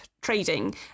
trading